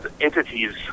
entities